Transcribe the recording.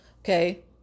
Okay